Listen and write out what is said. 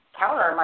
counter